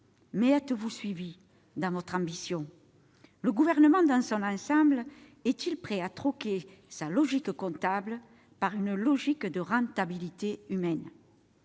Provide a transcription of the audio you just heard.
mais êtes-vous suivie dans votre ambition ? Le Gouvernement, dans son ensemble, est-il prêt à troquer sa logique comptable contre une logique de rentabilité humaine ?